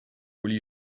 will